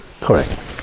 Correct